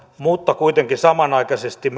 mutta kuitenkin samanaikaisesti